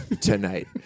tonight